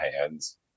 hands